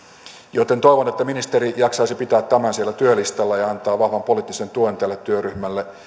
joten toivon että ministeri jaksaisi pitää tämän siellä työlistalla ja antaa vahvan poliittisen tuen tälle työryhmälle